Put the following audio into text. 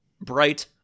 bright